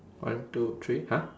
one two three !huh!